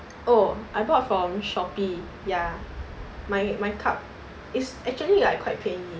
oh I bought from shopee ya my my cup is actually like quite 便宜